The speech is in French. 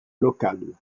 local